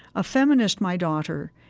a feminist, my daughter,